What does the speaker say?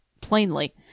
plainly